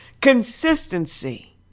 Consistency